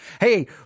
Hey